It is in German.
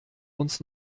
uns